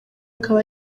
akaba